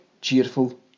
cheerful